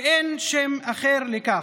ואין שם אחר לכך.